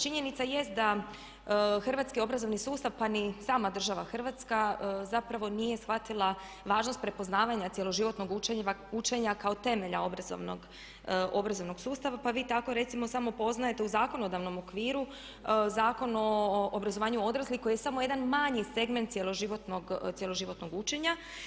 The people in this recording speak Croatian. Činjenica jest da hrvatski obrazovni sustav pa ni sama država Hrvatska zapravo nije shvatila važnost prepoznavanja cijeloživotnog učenja kako temelja obrazovnog sustava, pa vi tako recimo samo poznajete u zakonodavnom okviru Zakon o obrazovanju odraslih koji je samo jedan manji segment cijeloživotnog učenja.